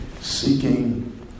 seeking